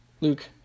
Luke